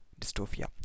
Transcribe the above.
dystopia